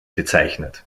bezeichnet